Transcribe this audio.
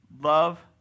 love